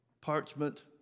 parchment